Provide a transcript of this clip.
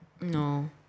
No